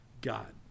God